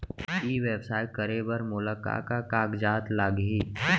ई व्यवसाय करे बर मोला का का कागजात लागही?